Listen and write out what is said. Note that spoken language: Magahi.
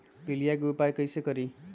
पीलिया के उपाय कई से करी?